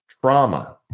trauma